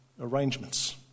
arrangements